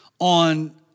on